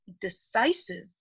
decisive